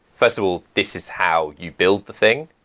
first of all, this is how you build the thing.